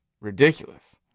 ridiculous